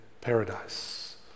paradise